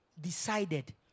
decided